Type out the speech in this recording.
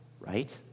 right